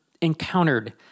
encountered